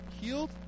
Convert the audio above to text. healed